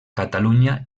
catalunya